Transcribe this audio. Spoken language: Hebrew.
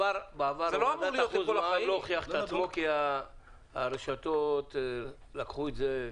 בעבר זה לא הוכיח את עצמו כי הרשתות לקחו את זה.